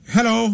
Hello